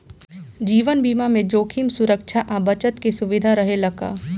जीवन बीमा में जोखिम सुरक्षा आ बचत के सुविधा रहेला का?